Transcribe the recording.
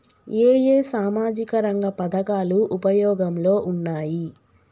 ఏ ఏ సామాజిక రంగ పథకాలు ఉపయోగంలో ఉన్నాయి?